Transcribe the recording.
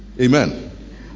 Amen